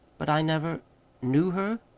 but i never knew her?